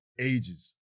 ages